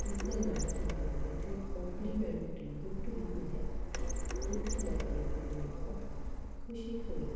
ਇਸ ਦੇ ਨਾਲ ਹੀ ਮੈਨੂੰ ਇੱਕ ਕੋਂਪਲੀਮੈਂਟਰੀ ਗਿਫਟ ਵੀ ਮਿਲਿਆ ਗਿਫਟ ਲੈ ਕੇ ਵੀ ਮੈਨੂੰ ਬਹੁਤ ਖੁਸ਼ੀ ਹੋਈ